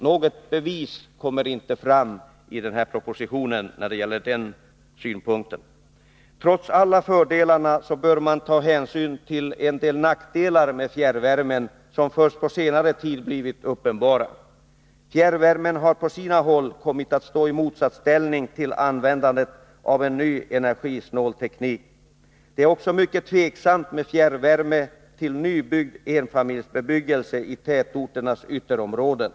Något bevis härför kommer inte fram i propositionen. Trots alla fördelar som fjärrvärmen har bör man ta hänsyn till en del nackdelar som på senare tid blivit uppenbara. Fjärrvärme har på sina håll kommit att stå i motsatsställning till användandet av en ny energisnål teknik. Det är också mycket osäkert om det är lämpligt att installera fjärrvärme i nybyggda enfamiljshus i tätorternas ytterområden.